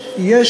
מה?